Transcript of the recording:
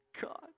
God